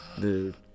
dude